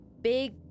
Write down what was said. big